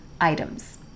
items